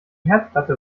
herdplatte